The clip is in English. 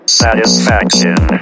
satisfaction